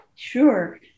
Sure